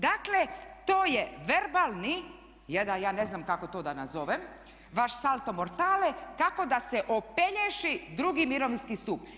Dakle, to je verbalni jedan ja ne znam kako to da nazovem, vaš salto moratale, kako da se opelješi II. mirovinski stup.